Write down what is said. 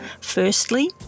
Firstly